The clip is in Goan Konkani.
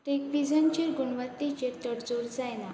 टॅकविझनचेर गुणवत्तेचेर तडजोड जायना